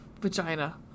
vagina